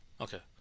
Okay